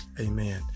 Amen